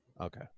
Okay